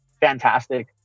fantastic